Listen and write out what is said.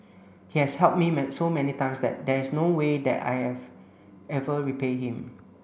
he has helped me so many times that there is no way that I have ever repay him